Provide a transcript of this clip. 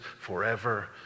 forever